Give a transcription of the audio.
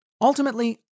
Ultimately